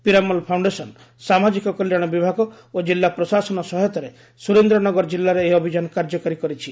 Piramal foundation ସାମାଜିକ କଲ୍ୟାଣ ବିଭାଗ ଓ ଜିଲ୍ଲା ପ୍ରଶାସନ ସହାୟତାରେ ସୁରେନ୍ଦ୍ର ନଗର ଜିଲ୍ଲାରେ ଏହି ଅଭିଯାନ କାର୍ଯ୍ୟକାରୀ କରିଛି